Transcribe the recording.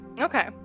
Okay